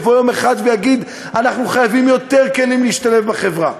יבוא יום אחד ויגיד: אנחנו חייבים יותר כלים להשתלב בחברה.